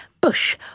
Bush